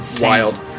wild